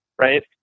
right